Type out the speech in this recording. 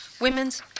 Women's